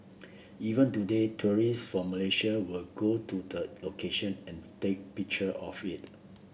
even today tourists from Malaysia will go to the location and take picture of it